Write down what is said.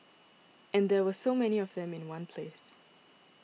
and there were so many of them in one place